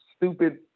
stupid